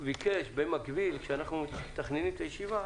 שבמקביל לכך שתכננו את הישיבה